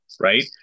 right